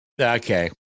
okay